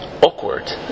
awkward